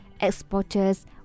exporters